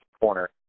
corner